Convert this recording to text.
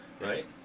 Right